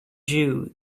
jew